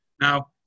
now